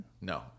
No